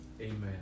amen